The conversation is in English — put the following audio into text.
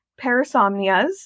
parasomnias